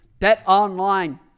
BetOnline